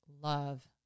love